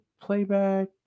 playback